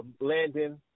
Landon